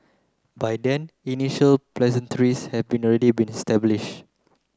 by then initial had already been establish